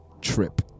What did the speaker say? trip